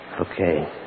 Okay